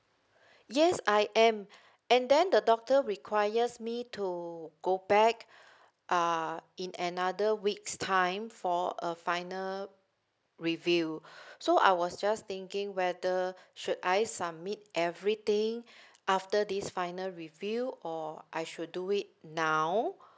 yes I am and then the doctor requires me to go back uh in another week's time for a final review so I was just thinking whether should I submit everything after this final review or I should do it now